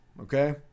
okay